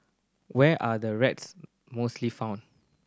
where are the rats mostly found